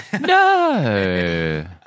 No